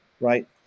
right